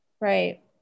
Right